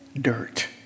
dirt